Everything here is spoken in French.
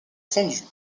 fondus